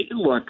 look